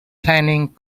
planning